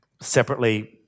separately